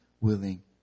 willing